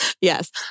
Yes